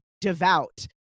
devout